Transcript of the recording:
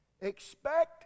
Expect